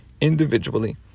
individually